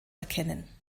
erkennen